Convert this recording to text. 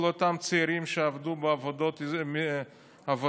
כל אותם צעירים שעבדו בעבודות מזדמנות,